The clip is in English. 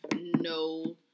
no